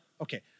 Okay